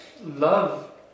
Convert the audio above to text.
Love